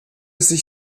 sich